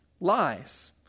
lies